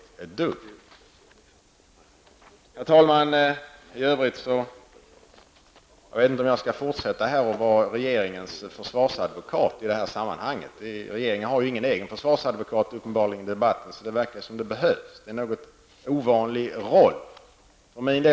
Herr talman! Jag vet inte om jag skall fortsätta att vara regeringens försvarsadvokat i detta sammanhang. Regeringen har uppenbarligen ingen egen försvarsadvokat i denna debatt, något som tycks behövas. Min roll är alltså något ovanlig.